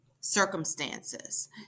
circumstances